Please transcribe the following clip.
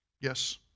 yes